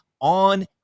on